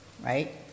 right